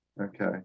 Okay